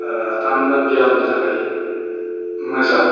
थामहिनबा बियामनि थाखाय मोजां